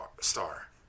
star